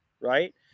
right